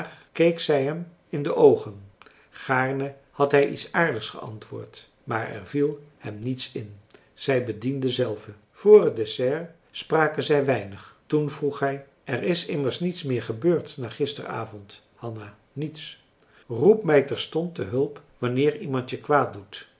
keek zij hem in de oogen gaarne had hij iets aardigs geantwoord maar er viel hem niets in zij bediende zelve voor het dessert spraken zij weinig toen vroeg hij er is immers niets meer gebeurd na gisteren avond hanna niets roep mij terstond te hulp wanneer iemand je kwaad doet